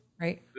right